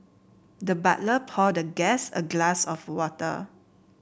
the butler poured the guest a glass of water